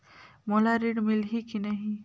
मोला ऋण मिलही की नहीं?